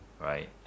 right